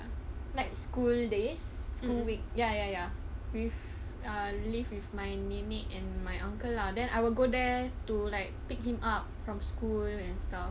like school days school week ya ya ya with err live with my nenek and my uncle lah then I will go there to like pick him up from school and stuff